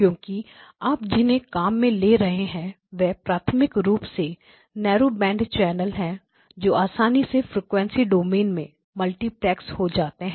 क्योंकि आप जिन्हें काम में ले रहे हैं वह प्राथमिक रूप से नेरो बैंड चैनल है जो आसानी से फ्रिकवेंसी डोमेन में मल्टीप्लेक्स हो जाते हैं